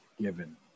given